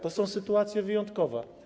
To są sytuacje wyjątkowe.